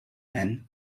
ann